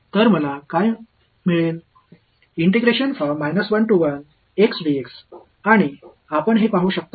எனவே நான் பெறுகிறேன் இது 0 ஆகிவிடும் என்று நீங்கள் காணலாம்